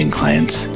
clients